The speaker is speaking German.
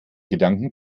gedanken